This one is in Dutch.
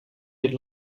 dit